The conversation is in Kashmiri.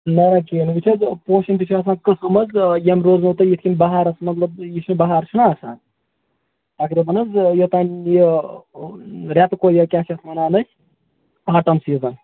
نہَ نہَ کِہیٖنٛۍ نہٕ ؤچھِ حظ پوشن تہِ چھِ آسان قٕسم حظ یِم روزنو تۅہہِ یِتھٕ کٔنۍ بَہارس مطلب یُس یہِ بہار چھُناہ آسان تقریٖبن حظ یوٚتانۍ یہِ رٮ۪تہٕ کول یا کیٛاہ چھِ ونان أسۍ آٹم سیٖزن